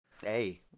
Hey